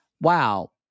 wow